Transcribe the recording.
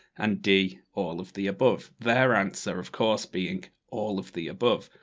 and d. all of the above. their answer, of course, being all of the above.